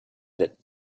that